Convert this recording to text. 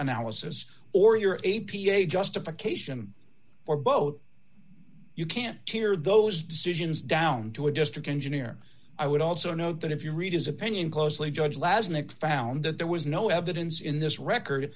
analysis or your a p a justification or both you can't tear those decisions down to a district engineer i would also note that if you read his opinion closely judge last nick found that there was no evidence in this record